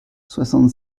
soixante